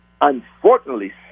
Unfortunately